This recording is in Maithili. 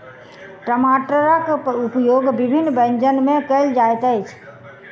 टमाटरक उपयोग विभिन्न व्यंजन मे कयल जाइत अछि